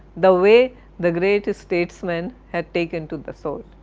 the way the great statesman had taken to the sword.